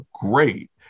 great